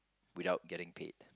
without getting paid